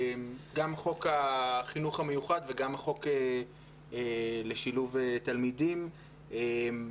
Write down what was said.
גם את חוק החינוך המיוחד וגם את החוק לשילוב תלמידים באופן